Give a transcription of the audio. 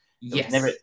Yes